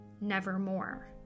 nevermore